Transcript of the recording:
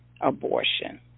abortion